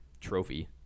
trophy